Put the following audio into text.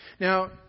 Now